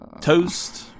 Toast